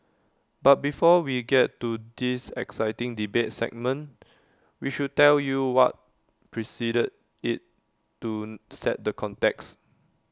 but before we get to this exciting debate segment we should tell you what preceded IT to set the context